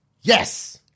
yes